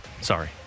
sorry